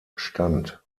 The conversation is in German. stand